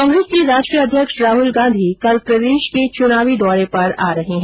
कांग्रेस के राष्ट्रीय अध्यक्ष राहुल गांधी कल प्रदेश के चुनावी दौरे पर आ रहे है